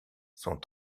sont